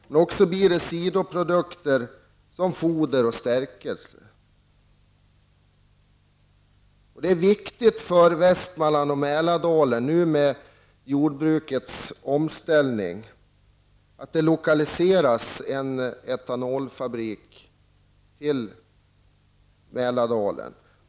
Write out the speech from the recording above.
Dessutom får vi därmed sidoprodukter som foder och stärkelse. Det är viktigt för Västmanland och Mälardalen med tanke på omställningen av jordbruket att en etanolfabrik lokaliseras till Mälardalen.